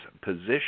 position